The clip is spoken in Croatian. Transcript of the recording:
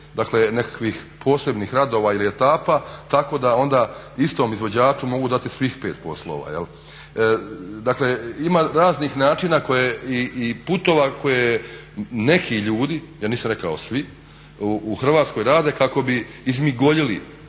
dakle nekakvih posebnih radova ili etapa tako da onda istom izvođaču mogu dati svih pet poslova. Dakle, ima raznih načina i putova koje neki ljudi, ja nisam rekao svi u Hrvatskoj rade kako bi izmigoljili.